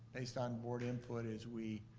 based on board input, is we